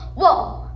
whoa